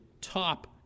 top